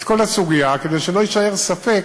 את כל הסוגיה, כדי שלא יישאר ספק,